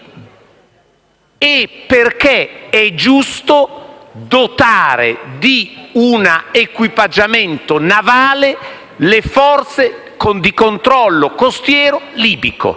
e perché è giusto dotare di un equipaggiamento navale le forze di controllo costiero libico.